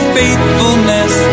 faithfulness